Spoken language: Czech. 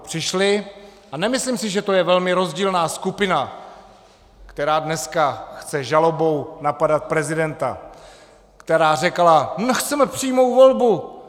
Přišli, a nemyslím si, že je to velmi rozdílná skupina, která dneska chce žalobou napadat prezidenta, která řekla my chceme přímou volbu.